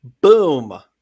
Boom